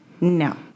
No